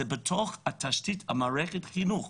זה בתוך תשתית מערכת החינוך.